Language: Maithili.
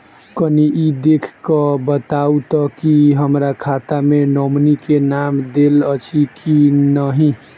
कनि ई देख कऽ बताऊ तऽ की हमरा खाता मे नॉमनी केँ नाम देल अछि की नहि?